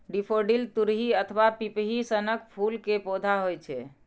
daffodil तुरही अथवा पिपही सनक फूल के पौधा होइ छै